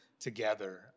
Together